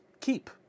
keep